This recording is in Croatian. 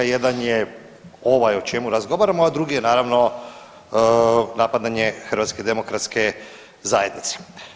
Jedan je ovaj o čemu razgovaramo, a drugi je naravno napadanje Hrvatske demokratske zajednice.